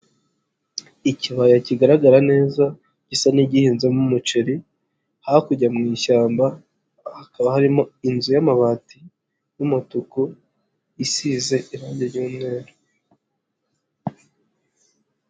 Ikibaya kigaragara neza gisa n'igihinzemo umuceri, hakurya mu ishyamba hakaba harimo inzu y'amabati y'umutuku isize irange ry'umweru.